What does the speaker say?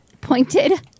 pointed